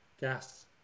gas